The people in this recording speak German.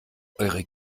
eure